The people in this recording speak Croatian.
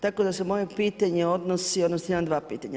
Tako da se moje pitanje odnosi, odnosno imam dva pitanja.